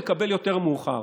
תקבל יותר מאוחר.